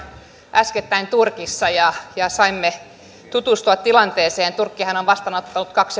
äskettäin turkissa ja ja saimme tutustua tilanteeseen turkkihan on vastaanottanut kaksi